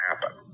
happen